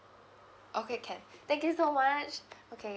okay can thank you so much okay